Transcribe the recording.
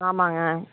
ஆமாங்க